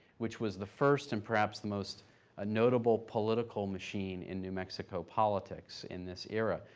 which was the first and perhaps the most ah notable political machine in new mexico politics in this era.